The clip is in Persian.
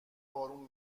بارون